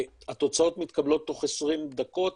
התוצאות מתקבלות תוך 20 דקות,